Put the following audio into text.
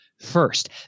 first